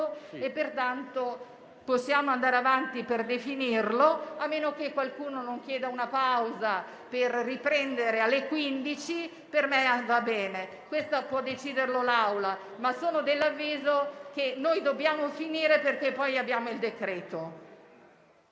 e pertanto possiamo andare avanti per definirlo, a meno che qualcuno non chieda una pausa, per riprendere alle ore 15. Per me va bene, può deciderlo l'Assemblea, ma sono dell'avviso che dobbiamo finire, perché poi dovremo